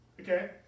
Okay